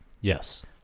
Yes